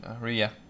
Ria